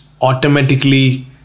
automatically